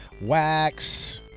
wax